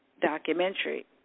documentary